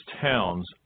towns